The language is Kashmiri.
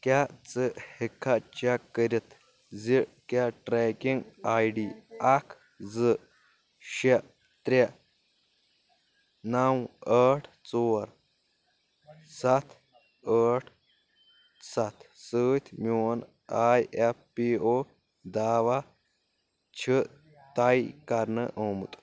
کیٛاہ ژٕ ہیٚککھا چیک کٔرِتھ زِ کیٛاہ ٹریکنگ آی ڈی اکھ زٕ شےٚ ترٛے نو ٲٹھ ژور سَتھ ٲٹھ سَتھ سۭتۍ میون آی ایف پی او دعویٰ چھِ طے کَرنہٕ آمُت